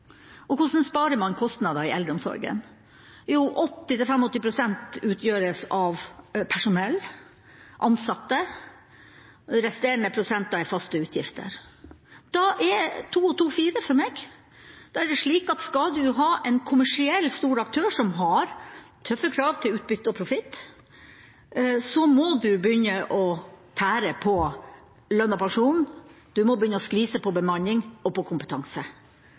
Og hvordan sparer man kostnader i eldreomsorgen? Jo, 80–85 pst. utgjøres av personell – ansatte – og resterende prosenter er faste utgifter. Da er to og to fire for meg, slik at skal man ha en kommersiell stor aktør som har tøffe krav til utbytte og profitt, må man begynne å tære på lønnede personer, man må skvise på bemanning og på kompetanse.